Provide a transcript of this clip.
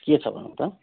के छ भन त